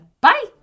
Bye